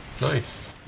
nice